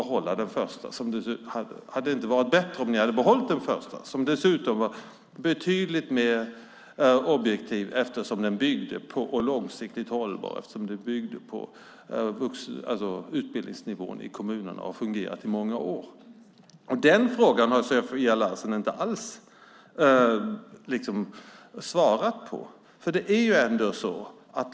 Hade det inte varit bättre att behålla den förra modellen som dessutom var betydligt mer objektiv och långsiktigt hållbar eftersom den byggde på utbildningsnivån i kommunerna och även hade fungerat i många år? Den frågan har Sofia Larsen alltså inte svarat på.